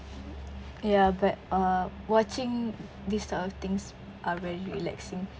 ya but uh watching this type of things are really relaxing